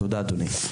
תודה אדוני.